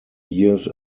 years